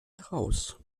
heraus